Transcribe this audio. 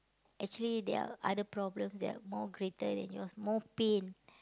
actually there are other problems that are more greater than yours more pain